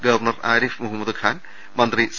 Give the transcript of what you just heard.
governor Arif Muhammad Khan മന്ത്രി C